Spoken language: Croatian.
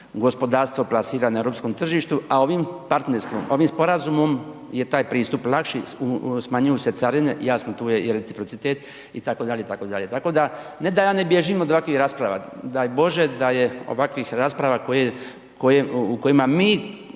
gospodarstvo plasira na europskom tržištu, a ovim partnerstvom, ovim sporazumom je taj pristup lakši, smanjuju se carine, jasno tu je i reciprocitet itd., itd. Tako ne da ja ne bježim od ovakvih rasprava, daj Bože da je ovakvih rasprava, koje, u